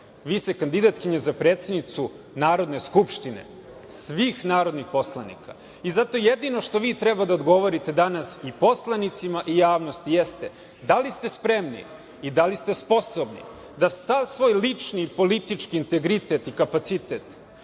vi ste kandidatkinja za predsednicu Narodne skupštine svih narodnih poslanika. Zato jedino što vi treba da odgovorite danas i poslanicima i javnosti jeste da li ste spremni i da li ste sposobni da sav svoj lični i politički integritet i kapacitet